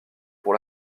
pour